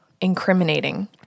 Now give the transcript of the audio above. incriminating